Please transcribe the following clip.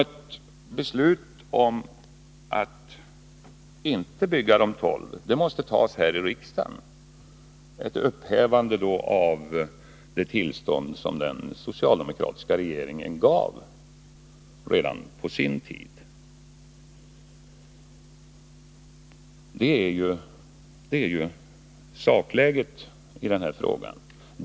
Ett beslut om att inte bygga de tolv reaktorerna måste fattas här i riksdagen i form av ett upphävande av det tillstånd som den socialdemokratiska regeringen gav redan på sin tid. Det är sakläget.